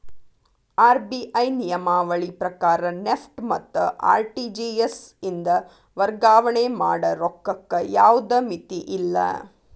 RBI ನಿಯಮಾವಳಿ ಪ್ರಕಾರ NEFT ಮತ್ತ ಆರ್.ಟಿ.ಜಿ.ಎಸ್ ಇಂದ ವರ್ಗಾವಣೆ ಮಾಡ ರೊಕ್ಕಕ್ಕ ಯಾವ್ದ್ ಮಿತಿಯಿಲ್ಲ